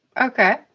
okay